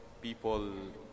people